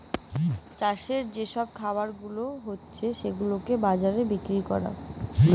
চাষের যে সব খাবার গুলা হতিছে সেগুলাকে বাজারে বিক্রি করা